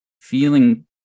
feeling